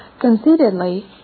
conceitedly